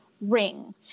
Ring